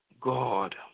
God